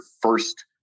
first